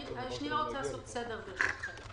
אני רוצה לעשות סדר, ברשותכם.